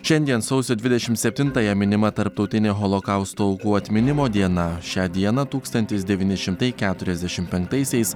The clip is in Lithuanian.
šiandien sausio dvidešimt septintąją minima tarptautinė holokausto aukų atminimo diena šią dieną tūkstantis devyni šimtai keturiasdešimt penktaisiais